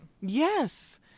Yes